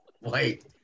Wait